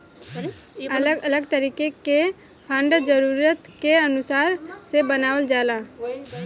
अलग अलग तरीका के फंड जरूरत के अनुसार से बनावल जाला